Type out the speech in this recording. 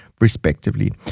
respectively